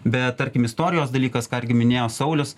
bet tarkim istorijos dalykas ką irgi minėjo saulius